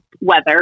weather